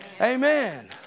Amen